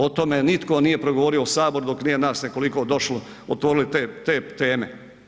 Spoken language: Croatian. O tome nije nitko progovorio u saboru dok nije nas nekoliko došlo, otvorili te teme.